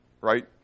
right